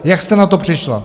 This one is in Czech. Jak jste na to přišla?